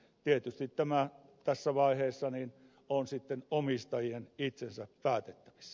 tietysti tämä tässä vaiheessa on sitten omistajien itsensä päätettävissä